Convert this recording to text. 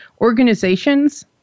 organizations